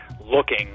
looking